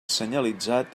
senyalitzat